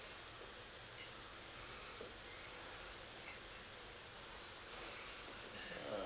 uh